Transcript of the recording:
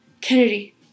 Kennedy